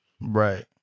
Right